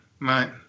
Right